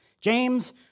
James